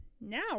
now